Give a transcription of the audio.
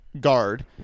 guard